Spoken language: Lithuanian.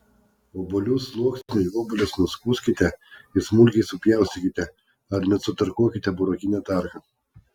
obuolių sluoksniui obuolius nuskuskite ir smulkiai supjaustykite ar net sutarkuokite burokine tarka